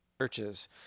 churches